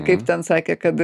kaip ten sakė kad